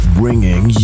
bringing